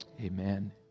amen